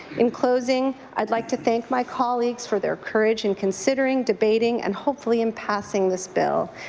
in closing, i would like to thank my colleagues for their courage in considering debating and hopefully in passing this bill.